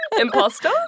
Imposter